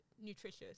nutritious